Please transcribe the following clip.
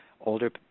older